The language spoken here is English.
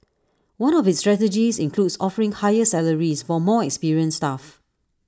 one of its strategies includes offering higher salaries for more experienced staff